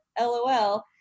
lol